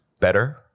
better